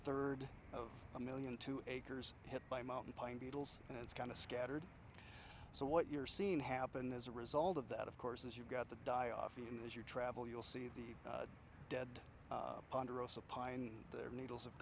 third of a million two acres hit by mountain pine beetles and it's kind of scattered so what you're seeing happen as a result of that of course is you've got the die off ian as you travel you'll see the dead ponderosa pine needles have